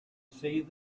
see